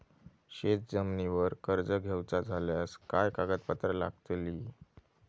शेत जमिनीवर कर्ज घेऊचा झाल्यास काय कागदपत्र लागतली?